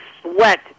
sweat